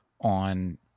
on